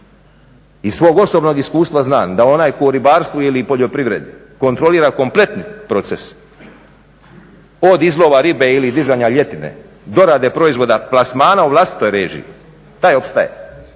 Iz svog osobnog rješenja znam da onaj tko u ribarstvu ili poljoprivredi kontrolira kompletni proces od izlova ribe i dizanja ljetine, dorade proizvoda, plasmana u vlastitoj režiji taj opstaje